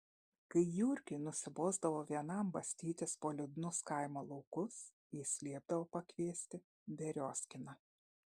kai jurgiui nusibosdavo vienam bastytis po liūdnus kaimo laukus jis liepdavo pakviesti beriozkiną